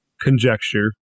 conjecture